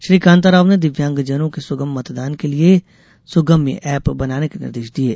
श्री कांताराव ने दिव्यांजनों के सुगम मतदान लिये ष्सुगम्यू एप्प बनाने के निर्देश दिये